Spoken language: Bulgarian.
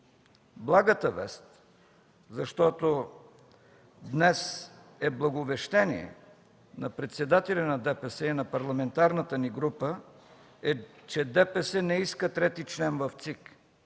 Благата вест, защото днес е Благовещение, на председателя на ДПС и на парламентарната ни група е, че ДПС не иска трети член в ЦИК.